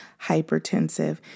hypertensive